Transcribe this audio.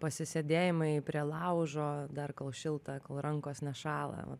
pasisėdėjimai prie laužo dar kol šilta kol rankos nešąla